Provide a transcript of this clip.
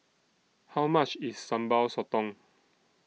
How much IS Sambal Sotong